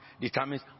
determines